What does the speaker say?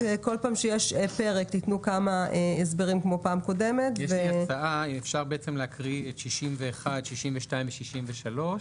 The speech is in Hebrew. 61. אפשר להקריא ביחס את 61, 62 ו-63.